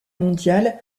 mondiale